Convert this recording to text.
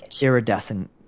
iridescent